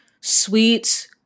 sweets